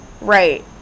Right